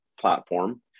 platform